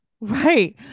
right